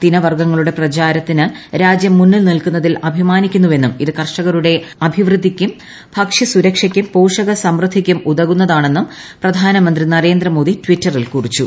തിനവർഗ്ഗങ്ങളുടെ പ്രിച്ചാർത്തിന് രാജ്യം മുന്നിൽ നിൽക്കുന്നതിൽ അഭിമാസ്ട്രിക്കു്ന്നുവെന്നും ഇത് കർഷരുടെ അഭിവൃദ്ധിക്കും ഭക്ഷ്യസൂര്ക്ഷയ്ക്കും പോഷകസമൃദ്ധിക്കും ഉതകുന്നതാണെന്നും പ്രധാനമന്ത്രി നരേന്ദ്രമോദി ട്വിറ്ററിൽ കുറിച്ചു